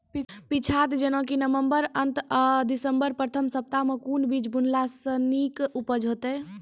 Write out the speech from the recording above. पीछात जेनाकि नवम्बर अंत आ दिसम्बर प्रथम सप्ताह मे कून बीज बुनलास नीक उपज हेते?